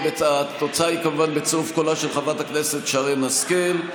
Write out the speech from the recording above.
התוצאה היא כמובן בצירוף קולה של חברת הכנסת שרן השכל.